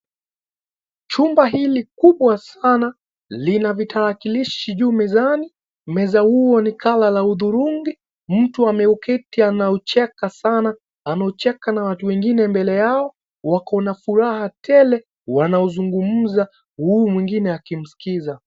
Chumba hili kubwa sana lina vitarakilishi, juu mezani, meza huo ni kala la hudhurungi. Mtu ameuketi anaucheka sana. Anaucheka na watu wengine mbele yao, wako na furaha tele, wanauzungumza huyu mwingine akimskiza.